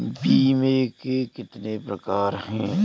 बीमे के कितने प्रकार हैं?